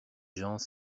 gens